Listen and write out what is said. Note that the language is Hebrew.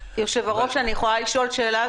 יושב-הראש, אני יכולה לשאול שאלה.